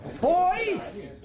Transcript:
Boys